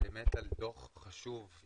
על דו"ח חשוב,